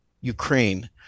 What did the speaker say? Ukraine